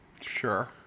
Sure